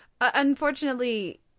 Unfortunately